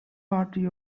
party